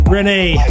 Renee